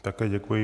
Také děkuji.